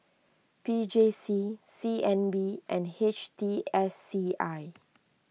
P J C C N B and H T S C I